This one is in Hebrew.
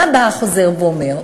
מה בא החוזר ואומר?